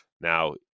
Now